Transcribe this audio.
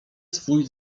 swój